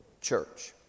church